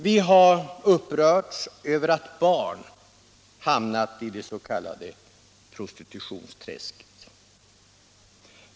Vi har upprörts över att barn hamnat i det s.k. prostitutionsträsket.